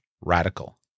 radical